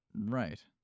right